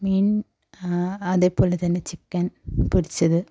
മീൻ അതേപോലെ തന്നെ ചിക്കൻ പൊരിച്ചത്